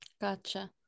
Gotcha